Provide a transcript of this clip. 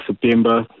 September